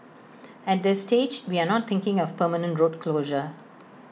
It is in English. at this stage we are not thinking of permanent road closure